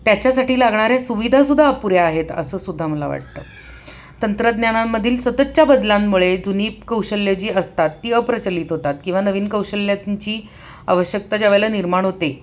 त्याच्यासाठी लागणाऱ्या सुविधासुद्धा अपुऱ्या आहेत असंसुद्धा मला वाटतं तंत्रज्ञानांमधील सततच्या बदलांमुळे जुनी कौशल्य जी असतात ती अप्रचलित होतात किंवा नवीन कौशल्यांची आवश्यकता ज्या वेळेला निर्माण होते